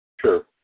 Sure